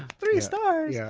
three stars! yeah